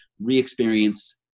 re-experience